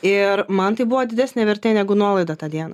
ir man tai buvo didesnė vertė negu nuolaida tą dieną